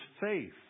faith